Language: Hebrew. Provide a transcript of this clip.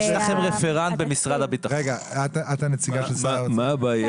את הנציגה של שר האוצר?